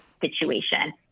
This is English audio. situation